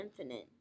infinite